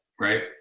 right